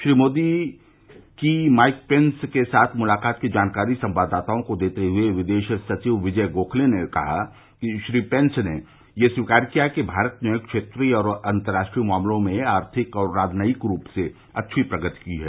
श्री मोदी की Mike Pence के साथ मुलाकात की जानकारी संवाददाताओं को देते हुए विदेश सचिव विजय गोखले ने कहा कि श्री पेन्स ने यह स्वीकार किया कि भारत ने क्षेत्रीय और अंतर्राष्ट्रीय मामलों में आर्थिक और राजनयिक रूप से अच्छी प्रगति की है